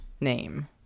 name